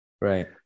right